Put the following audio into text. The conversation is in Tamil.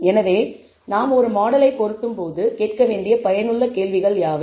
எனவே நாம் ஒரு மாடலை பொருத்தும் போது கேட்க வேண்டிய பயனுள்ள கேள்விகள் யாவை